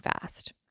fast